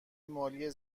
مالی